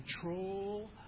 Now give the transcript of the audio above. control